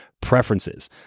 preferences